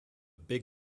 big